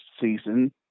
season